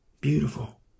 Beautiful